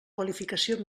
qualificació